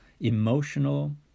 emotional